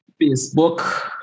Facebook